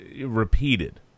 repeated